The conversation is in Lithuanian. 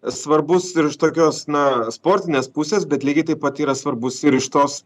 svarbus ir iš tokios na sportinės pusės bet lygiai taip pat yra svarbus ir iš tos